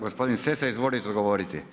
Gospodin Sessa, izvolite odgovoriti.